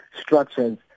structures